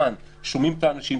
כאן שומעים את האנשים,